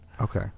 Okay